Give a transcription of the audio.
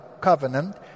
covenant